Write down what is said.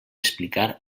explicar